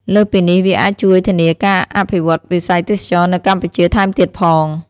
លើសពីនេះ វាអាចជួយធានាការអភិវឌ្ឍវិស័យទេសចរណ៍នៅកម្ពុជាថែមទៀតផង។